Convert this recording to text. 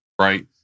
Right